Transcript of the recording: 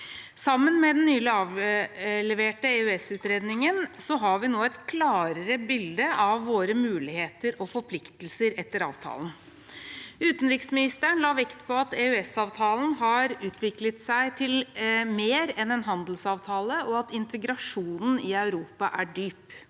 EU. Med den nylig avleverte EØS-utredningen i tillegg har vi nå et klarere bilde av våre muligheter og forpliktelser etter avtalen. Utenriksministeren la vekt på at EØS-avtalen har utviklet seg til mer enn en handelsavtale, og at integrasjonen i Europa er dyp.